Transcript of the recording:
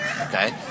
Okay